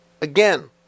Again